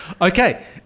Okay